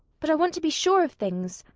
but i want to be sure of things.